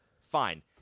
fine